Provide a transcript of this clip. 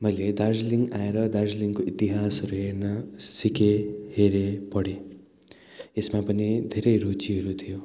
मैले दार्जिलिङ आएर दार्जिलिङको इतिहासहरू हेर्न सिकेँ हेरेँ पढेँ यसमा पनि धेरै रुचिहरू थियो